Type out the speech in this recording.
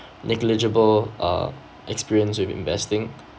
negligible uh experience with investing